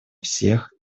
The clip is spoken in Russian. всех